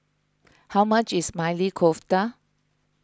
how much is Maili Kofta